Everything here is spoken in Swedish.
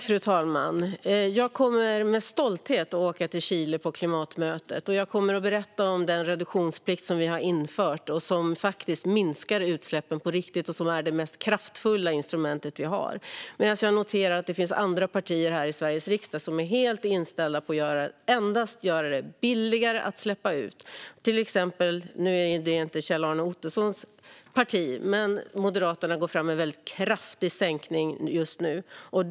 Fru talman! Jag kommer med stolthet att åka till klimatmötet i Chile. Där kommer jag att berätta om den reduktionsplikt som vi har infört, som faktiskt minskar utsläppen på riktigt och är det mest kraftfulla instrument vi har. Samtidigt noterar jag att det finns andra partier här i Sveriges riksdag som är helt inställda på att endast göra det billigare att släppa ut. Nu är det ju inte Kjell-Arne Ottossons parti, men Moderaterna går fram med en väldigt kraftig sänkning just nu.